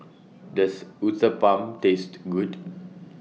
Does Uthapam tasted Good